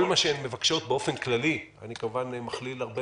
כל מה שהן מבקשות באופן כללי אני כמובן מכליל הרבה